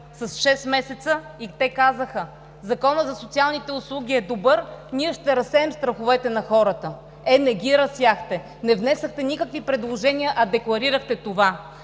с шест месеца, и казаха: „Законът за социалните услуги е добър. Ние ще разсеем страховете на хората.“ Е, не ги разсеяхте! Не внесохте никакви предложения, а декларирахте това!